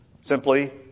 Simply